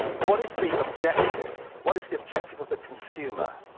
what is the objective? what is the objective of the consumer?